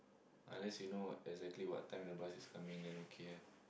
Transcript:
unless you know exactly what time the bus is coming then okay ah